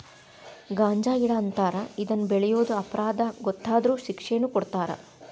ಗಾಂಜಾಗಿಡಾ ಅಂತಾರ ಇದನ್ನ ಬೆಳಿಯುದು ಅಪರಾಧಾ ಗೊತ್ತಾದ್ರ ಶಿಕ್ಷೆನು ಕೊಡತಾರ